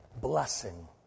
blessing